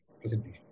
presentation